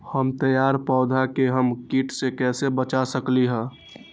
हमर तैयार पौधा के हम किट से कैसे बचा सकलि ह?